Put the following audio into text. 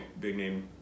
big-name